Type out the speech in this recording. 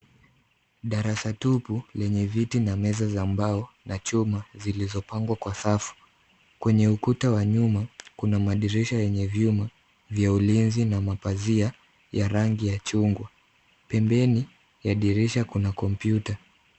Darasa tupu lenye viti na meza za mbao na chuma zilizopangwa kwa safu, kwenye ukuta wa nyuma kuna madirisha yenye vyuma vya ulinzi na mapazia ya rangi ya chungwa ,pembeni ya dirisha kuna kompyuta.